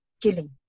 killing